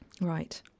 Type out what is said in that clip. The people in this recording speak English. Right